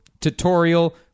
Tutorial